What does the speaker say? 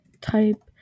type